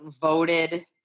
voted